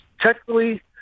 technically